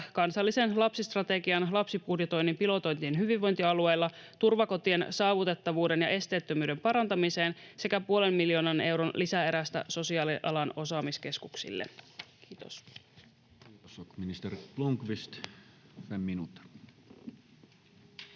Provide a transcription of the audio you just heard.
kansallisen lapsistrategian lapsibudjetoinnin pilotointiin hyvinvointialueilla ja turvakotien saavutettavuuden ja esteettömyyden parantamiseen sekä puolen miljoonan euron lisäerästä sosiaalialan osaamiskeskuksille. — Kiitos.